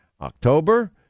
October